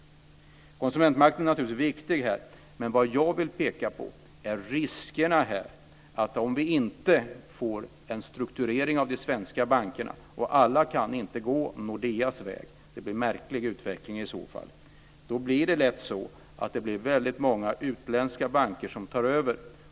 Konsumentmakten är naturligtvis viktig här, men vad jag vill peka på är riskerna här för att om vi inte får en strukturering av de svenska bankerna - alla kan inte gå Nordeas väg; det blir en märklig utveckling i så fall - blir det lätt väldigt många utländska banker som tar över.